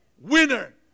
winner